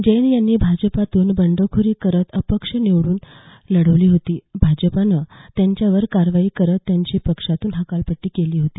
जैन यांनी भाजपतून बंडखोरी करत अपक्ष निवडणूक लढवली होती भाजपनं त्यांच्यावर कारवाई करत त्यांची पक्षातून हकालपट्टी केली होती